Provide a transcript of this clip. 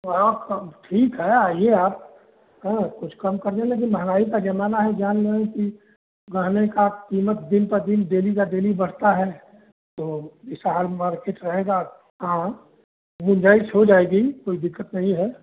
हाँ तब ठीक है आइए आप हाँ कुछ कम कर देंगे लेकिन महंगाई का ज़माना है जान रहे हो कि गहने की क़ीमत दिन पर दिन डेली का डेली बढ़ता है तो इस हाल में मार्केट रहेगा आँ गुंजाइश हो जाएगी कोई दिक़्क़त नहीं है